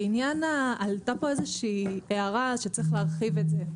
עלתה פה איזושהי הערה שצריך להרחיב את זה.